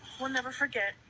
weill never forget.